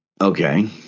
Okay